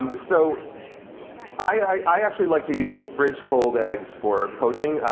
ah so i actually like to use fridge cold eggs for poaching.